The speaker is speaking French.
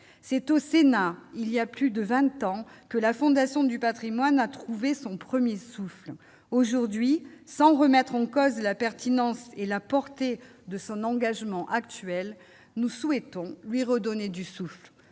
c'est au Sénat il y a plus de 20 ans que la Fondation du Patrimoine a trouvé son 1er souffle aujourd'hui sans remettre en cause la pertinence et la portée de son engagement actuel nous souhaitons lui redonner du souffle